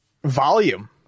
volume